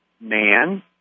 man